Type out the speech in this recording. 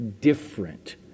different